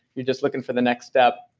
you're just looking for the next steps.